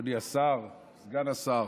אדוני השר, סגן השר,